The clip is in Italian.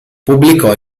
pubblicò